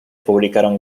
publicaron